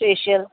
facial